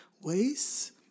Ways